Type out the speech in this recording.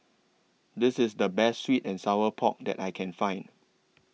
This IS The Best Sweet and Sour Pork that I Can Find